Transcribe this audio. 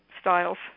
styles